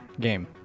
game